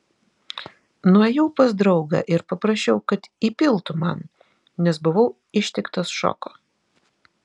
nuėjau pas draugą ir paprašiau kad įpiltų man nes buvau ištiktas šoko